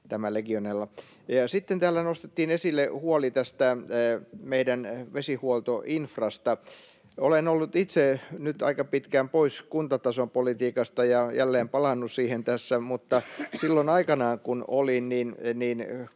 nimi Legionella. Sitten täällä nostettiin esille huoli meidän vesihuoltoinfrasta. Olen ollut itse nyt aika pitkään pois kuntatason politiikasta — jälleen palannut siihen tässä — mutta silloin aikanaan kun olin, niin